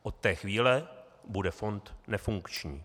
Od té chvíle bude fond nefunkční.